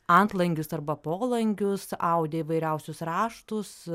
antlangius arba polangius audė įvairiausius raštus